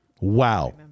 Wow